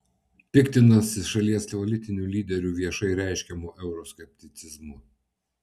piktinasi šalies politinių lyderių viešai reiškiamu euroskepticizmu